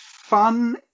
fun